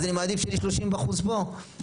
אז אני מעדיף שיהיה לי שלושים אחוז פה,